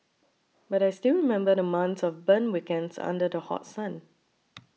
but I still remember the months of burnt weekends under the hot sun